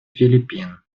филиппин